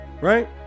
right